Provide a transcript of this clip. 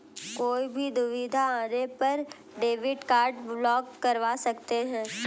कोई भी दुविधा आने पर डेबिट कार्ड ब्लॉक करवा सकते है